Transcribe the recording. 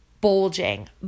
bulging